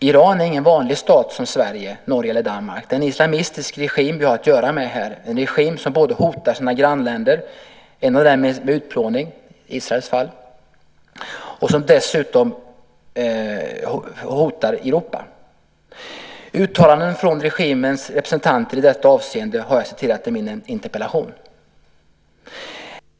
Iran är ingen "vanlig stat" som Sverige, Norge eller Danmark. Det är en islamistisk regim vi här har att göra med. Det är en regim som hotar sina grannländer - ett av dessa med utplåning, Israel - och som dessutom hotar Europa. Uttalanden från regimens representanter i detta avseende har jag citerat i min interpellation.